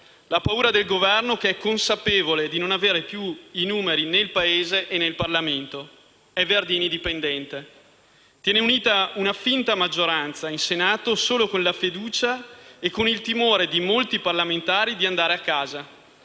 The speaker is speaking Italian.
la paura del Governo, che è consapevole di non aver più i numeri nel Paese e nel Parlamento, essendo Verdini dipendente, tiene unita una finta maggioranza in Senato, solo con il voto di fiducia e il timore di molti parlamentari di andare a casa,